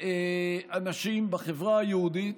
אנשים בחברה היהודית